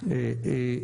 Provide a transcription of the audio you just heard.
קודם.